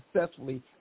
successfully